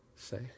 say